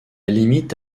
limite